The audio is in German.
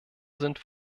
sind